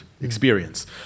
experience